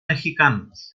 mexicanos